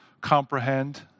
comprehend